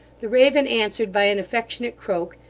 the raven answered by an affectionate croak,